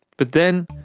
but then.